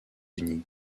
unis